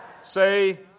say